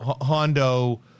Hondo